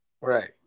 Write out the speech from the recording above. right